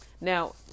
Now